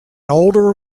older